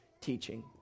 teaching